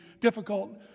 difficult